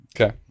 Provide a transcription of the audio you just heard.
Okay